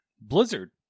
Blizzard